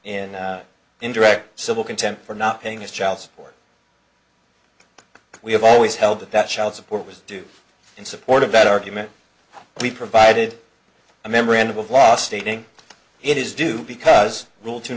in indirect civil contempt for not paying his child support we have always held that that child support was due in support of that argument we provided a memorandum of law stating it is due because rule two